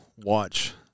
watch